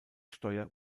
steuer